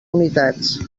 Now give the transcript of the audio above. unitats